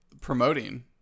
promoting